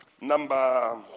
Number